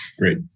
Great